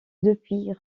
depuis